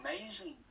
amazing